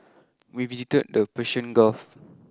we visited the Persian Gulf